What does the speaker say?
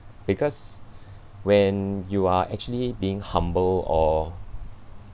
because when you are actually being humble or